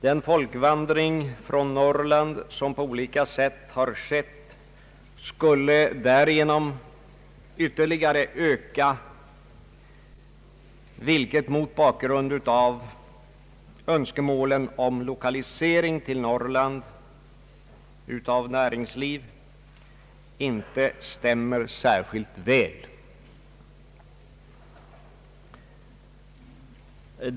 Den folkvandring från Norrland som på olika sätt har ägt rum skulle därigenom ytterligare öka, vilket inte stämmer särskilt väl med önskemålen om lokalisering av näringsliv till Norrland.